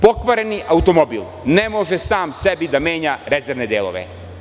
Pokvareni automobil ne može sam sebi da menja rezervne delove.